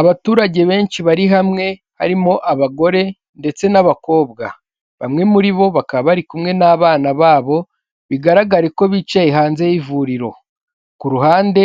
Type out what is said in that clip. Abaturage benshi bari hamwe, harimo abagore ndetse n'abakobwa. Bamwe muri bo bakaba bari kumwe n'abana babo, bigaragare ko bicaye hanze y'ivuriro. Ku ruhande